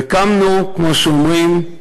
קמנו, כמו שאומרים,